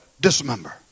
dismember